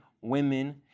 women